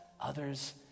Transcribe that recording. others